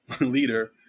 leader